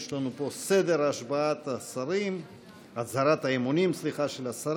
יש לנו פה סדר הצהרת האמונים של השרים.